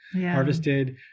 harvested